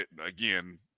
again